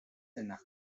zena